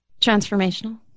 Transformational